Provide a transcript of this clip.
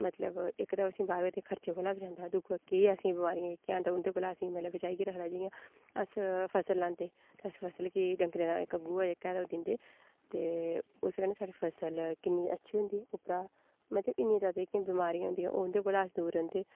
मतलब इक ते एह् सिमबावे दे खर्चे कोला बचांदा ते दूआ केईं ऐसियां बमारियां जेह्कियां हैन ते उं'दे कोला असें ई बचाइयै रखदा ते जि'यां अस फसल लांदे ते फसल अस डंगरें दा गोहा जेह्का ओह् दिंदे उस कन्नै साढ़ी फसल गिन्नी अच्छी होंदी उप्परा मतलब इन्नी जैदा जेह्कियां बमारियां होंदियां उं'दे कोला अस दूर रौंह्दे